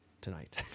tonight